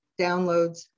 downloads